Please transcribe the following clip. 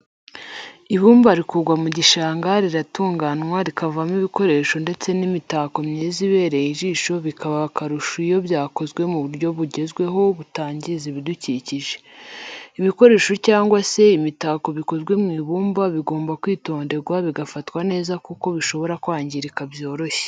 Ibumba rikurwa mu gishanga riratunganywa rikavamo ibikoresho ndetse n'imitako myiza ibereye ijisho bikaba akarusho iyo byakozwe mu buryo bugezweho butangiza ibidukikije. ibikoresho cyangwa se imitako bikozwe mu ibumba bigomba kwitonderwa bigafatwa neza kuko bishobora kwangirika byoroshye.